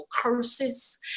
curses